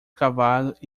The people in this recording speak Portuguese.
cavalo